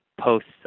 posts